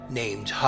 named